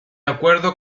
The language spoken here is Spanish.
acuerdo